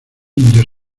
indios